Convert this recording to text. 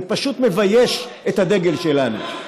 זה פשוט מבייש את הדגל שלנו.